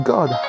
God